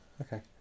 okay